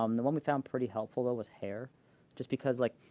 um the one we found pretty helpful, though, was hair just because like